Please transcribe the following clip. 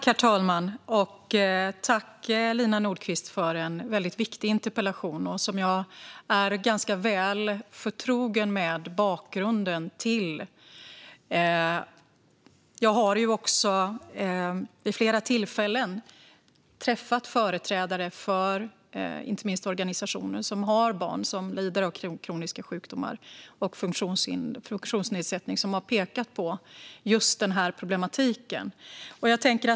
Herr talman! Tack, Lina Nordquist, för en väldigt viktig interpellation! Jag är ganska väl förtrogen med bakgrunden till den. Jag har också vid flera tillfällen träffat företrädare för inte minst organisationer för föräldrar som har barn som lider av kroniska sjukdomar och funktionsnedsättning. De har pekat på just den här problematiken.